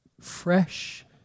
fresh